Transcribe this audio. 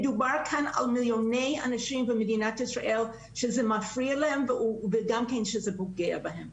מדובר כאן על מיליוני אנשים במדינת ישראל שזה מפריע ופוגע בהם.